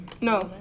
No